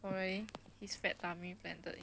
oh really he's fat tummy blended